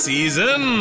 Season